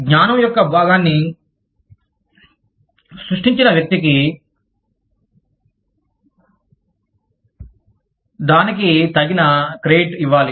జ్ఞానం యొక్క భాగాన్ని సృష్టించిన వ్యక్తికి దానికి తగిన క్రెడిట్ ఇవ్వాలి